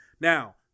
Now